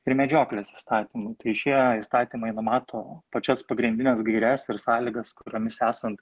ir medžioklės įstatymu tai šie įstatymai numato pačias pagrindines gaires ir sąlygas kuriomis esant